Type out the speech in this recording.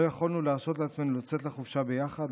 לא יכולנו להרשות לעצמנו לצאת לחופשה ביחד,